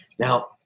Now